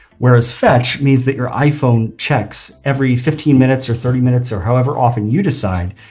whereas fetch means that your iphone checks every fifteen minutes or thirty minutes or however often you decide,